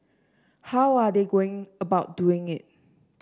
how are they going about doing it